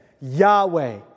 Yahweh